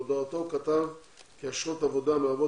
בהודעתו הוא כתב כי אשרות העבודה מהוות